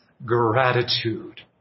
Gratitude